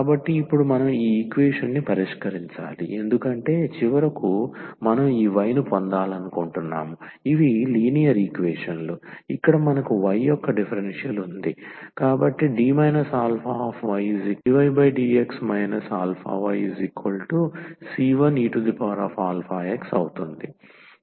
కాబట్టి ఇప్పుడు మనం ఈ ఈక్వేషన్ ని పరిష్కరించాలి ఎందుకంటే చివరకు మనం ఈ y ను పొందాలనుకుంటున్నాము ఇవి లీనియర్ ఈక్వేషన్ లు ఇక్కడ మనకు y యొక్క డిఫరెన్షియల్ ఉంది కాబట్టి ఈ D αyc1eαx ఒక dydx αyc1eαx అవుతుంది